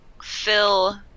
fill